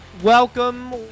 Welcome